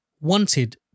wanted